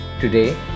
Today